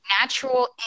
natural